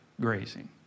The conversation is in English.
grazing